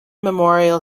memorial